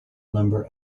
number